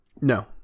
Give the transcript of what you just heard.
No